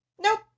Nope